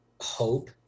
hope